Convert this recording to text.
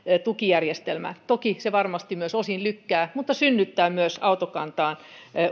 tukijärjestelmää toki se varmasti myös osin lykkää mutta se myös synnyttää autokantaan